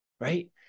right